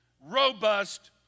robust